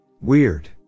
Weird